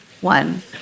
one